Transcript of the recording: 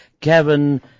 Kevin